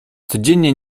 codziennie